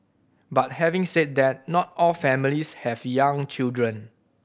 but having said that not all families have young children